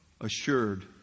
assured